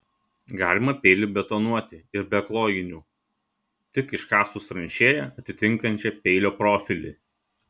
galima peilį betonuoti ir be klojinių tik iškasus tranšėją atitinkančią peilio profilį